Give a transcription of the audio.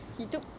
he took